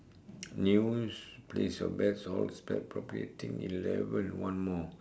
news place your bets all spelt properly I think eleven one more